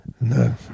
No